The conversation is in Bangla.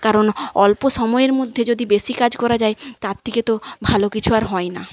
কারণ অল্প সময়ের মধ্যে যদি বেশি কাজ করা যায় তার থেকে তো ভালো কিছু আর হয় না